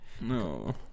No